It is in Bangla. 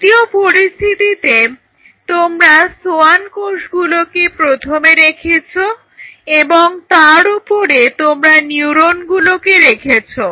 দ্বিতীয় পরিস্থিতিটিতে তোমরা সোয়ান কোষগুলোকে প্রথমে রেখেছো এবং তার ওপরে তোমরা নিউরনগুলোকে রেখেছো